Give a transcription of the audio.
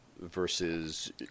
versus